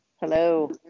Hello